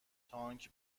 تانک